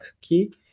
key